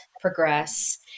progress